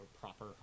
proper